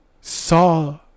saw